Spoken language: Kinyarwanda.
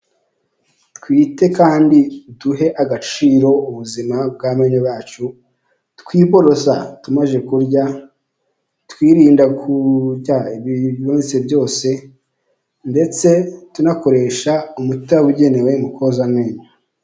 Twite kandi duhe agaciro ubuzima bw'amenyo yacu, twiborosa tumaze kurya, twirinda kurya ibibonetse byose, ndetse tunakoresha umuti wabugenewe mu koza amenyo.